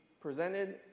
presented